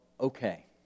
okay